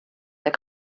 der